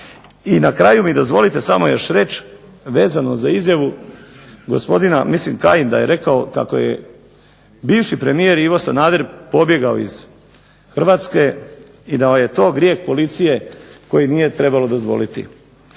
I na kraju mi dozvolite samo još reći vezano za izjavu gospodina, mislim Kajin da je rekao kako je bivši premijer Ivo Sanader pobjegao iz Hrvatske i da je to grijeh Policije koji nije trebalo dozvoliti.